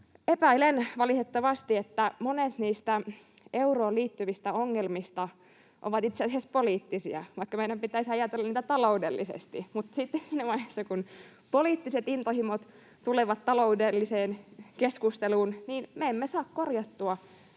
Epäilen valitettavasti, että monet niistä euroon liittyvistä ongelmista ovat itse asiassa poliittisia, vaikka meidän pitäisi ajatella niitä taloudellisesti. Mutta siinä vaiheessa, kun poliittiset intohimot tulevat taloudelliseen keskusteluun, me emme saa korjattua